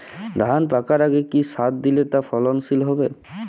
ধান পাকার আগে কি সার দিলে তা ফলনশীল হবে?